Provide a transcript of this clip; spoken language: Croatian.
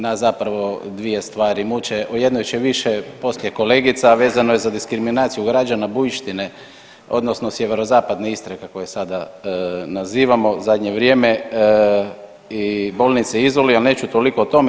Nas zapravo dvije stvari muče, o jednoj će više poslije kolegica, a vezano je za diskriminaciju građana Bujštine odnosno Sjeverozapadne Istre kako je sada nazivamo u zadnje vrijeme i bolnice Izoli, ali neću toliko o tome.